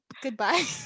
Goodbye